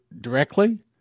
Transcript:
directly